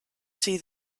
see